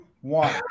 one